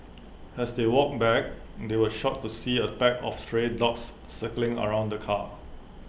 as they walked back they were shocked to see A pack of stray dogs circling around the car